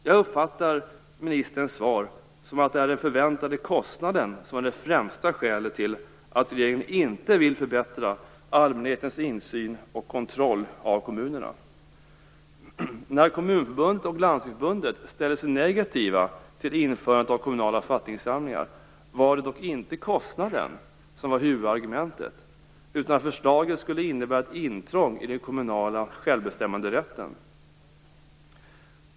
Jag uppfattar ministerns svar som att det är den förväntade kostnaden som är det främsta skälet till att regeringen inte vill förbättra allmänhetens insyn och kontroll av kommunerna. När Kommunförbundet och Landstingsförbundet ställde sig negativa till införandet av kommunala författningssamlingar var det dock inte kostnaden som var huvudargumentet utan att förslaget skulle innebära ett intrång i den kommunala självbestämmanderätten.